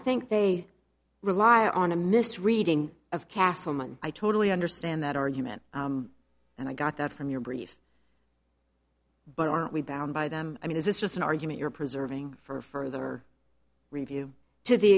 think they rely on a misreading of castleman i totally understand that argument and i got that from your brief but aren't we bound by them i mean is this just an argument you're preserving for further review to the